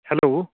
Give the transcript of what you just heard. hello